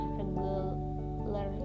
regular